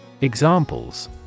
Examples